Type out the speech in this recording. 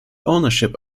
ownership